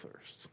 thirst